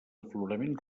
afloraments